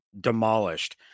demolished